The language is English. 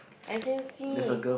I can see